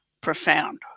profound